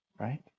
right